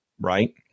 Right